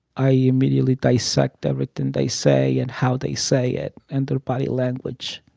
i immediately dissect everything they say and how they say it and their body language.